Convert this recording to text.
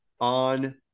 on